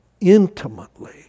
intimately